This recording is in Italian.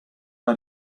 una